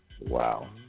Wow